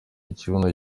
ikibuno